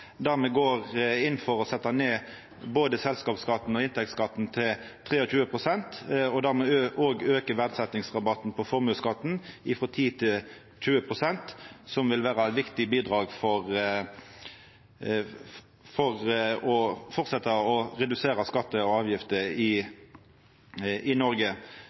der me går inn for å setja ned både selskapsskatten og inntektsskatten til 23 pst., og der me òg aukar verdsetjingsrabatten på formuesskatten frå 10 pst. til 20 pst., noko som vil vera eit viktig bidrag for å fortsetja å redusera skattar og avgifter i Noreg.